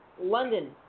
London